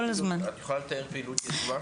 האם את יכולה לתאר פעילות יזומה?